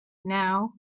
now